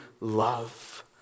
love